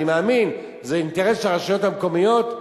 אני מאמין שזה אינטרס של הרשויות המקומיות,